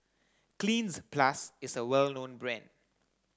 Cleanz Plus is a well known brand